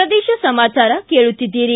ಪ್ರದೇಶ ಸಮಾಚಾರ ಕೇಳುತ್ತೀದ್ದಿರಿ